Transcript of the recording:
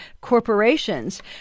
corporations